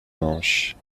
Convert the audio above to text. manche